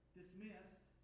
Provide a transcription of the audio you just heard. dismissed